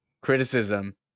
criticism